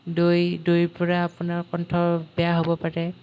দৈ দৈৰ পৰা আপোনাৰ কণ্ঠ বেয়া হ'ব পাৰে